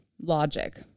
logic